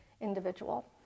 individual